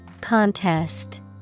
Contest